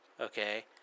Okay